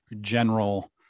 general